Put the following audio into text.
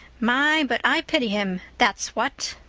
my, but i pity him, that's what.